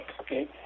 okay